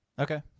Okay